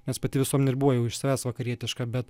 nes pati visuomenė ir buvo jau iš savęs vakarietiška bet